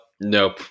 nope